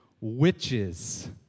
witches